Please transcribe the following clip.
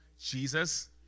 Jesus